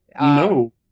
No